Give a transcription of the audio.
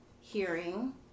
hearing